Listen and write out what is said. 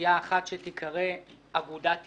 סיעה אחת שתיקרא "אגודת ישראל",